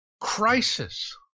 crisis